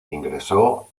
ingresó